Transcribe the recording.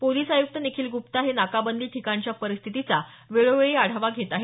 police आयुक्त निखील गुप्ता हे नाकाबंदी ठिकाणच्या परिस्थितीचा वेळोवेळी आढावा घेत आहेत